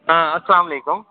آ اَسَلامُ عَلیکُم